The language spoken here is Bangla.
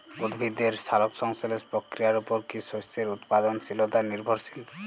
উদ্ভিদের সালোক সংশ্লেষ প্রক্রিয়ার উপর কী শস্যের উৎপাদনশীলতা নির্ভরশীল?